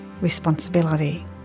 responsibility